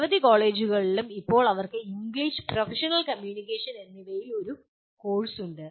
നിരവധി കോളേജുകളിലും ഇപ്പോൾ അവർക്ക് ഇംഗ്ലീഷ് പ്രൊഫഷണൽ കമ്മ്യൂണിക്കേഷൻ എന്നിവയിൽ ഒരു കോഴ്സ് ഉണ്ട്